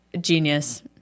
Genius